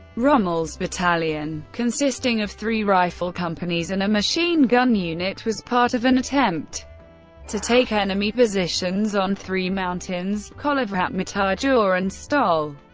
rommel's battalion, consisting of three rifle companies and a machine gun unit, was part of an attempt to take enemy positions on three mountains kolovrat, matajur, and stol.